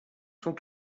sont